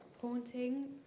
Haunting